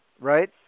Right